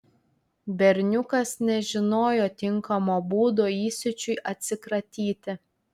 berniukas nežinojo tinkamo būdo įsiūčiui atsikratyti